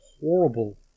horrible